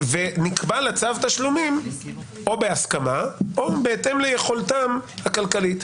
ונקבע לה צו תשלומים או בהסכמה או בהתאם ליכולת הכלכלית,